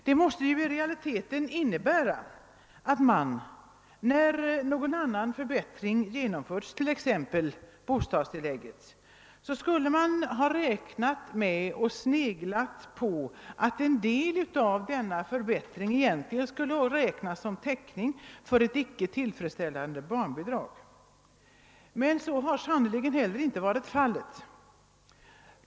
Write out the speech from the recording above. Det måste ju i realiteten innebära att man vid genomförandet av andra förbättringar, t.ex. av bostadstillägget, skulle ha räknat med eller sneglat på att en del av förbättringen egentligen skulle vara täckning för ett icke tillfredsställande barnbidrag. Men så har sannerligen heller inte varit fallet.